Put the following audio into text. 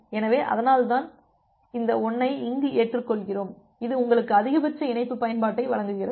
எனவே அதனால்தான் இந்த 1 ஐ இங்கு ஏற்றுக்கொள்கிறோம் இது உங்களுக்கு அதிகபட்ச இணைப்பு பயன்பாட்டை வழங்குகிறது